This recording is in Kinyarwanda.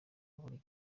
buri